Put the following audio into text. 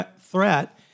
threat